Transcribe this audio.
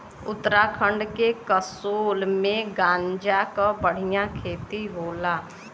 उत्तराखंड के कसोल में गांजा क बढ़िया खेती होला